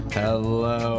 hello